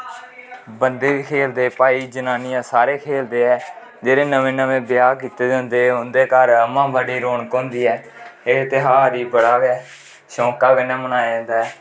बंदे खैलदे भाई जनानियां सारे खैलदे ऐ जेह्डे नमें नमें ब्याह् कीते दा होंदे उं'दे घर उमा बड़ी रौनक होंदी ऐ एह् तेहार ही बडा गै शोंका कन्नै मनाया जंदा ऐ